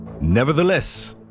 Nevertheless